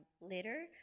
later